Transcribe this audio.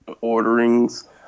Orderings